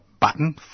button